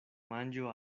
manĝo